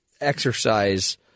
exercise